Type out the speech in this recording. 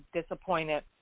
disappointed